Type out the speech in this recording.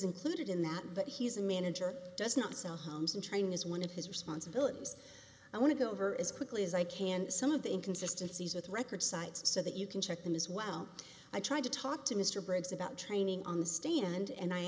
included in that but he's a manager does not sell homes and training is one of his responsibilities i want to go over as quickly as i can some of the inconsistency is with record sites so that you can check them as well i tried to talk to mr briggs about training on the stand and i